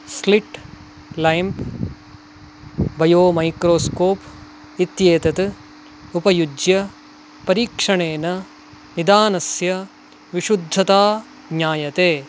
slit lamp biomicroscope इत्येतत् उपयुज्य परीक्षणेन निदानस्य विशुद्धता ज्ञायते